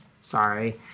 sorry